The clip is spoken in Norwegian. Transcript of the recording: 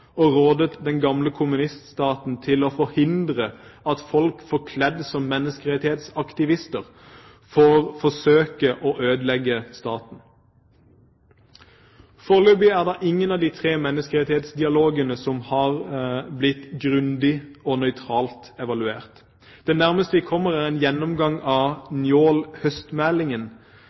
og rådet den gamle kommuniststaten til å forhindre at folk, forkledd som menneskerettighetsaktivister, får forsøke å ødelegge staten. Foreløpig er det ingen av de tre menneskerettighetsdialogene som har blitt grundig og nøytralt evaluert. Det nærmeste vi kommer, er en gjennomgang av